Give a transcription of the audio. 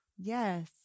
Yes